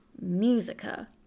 Musica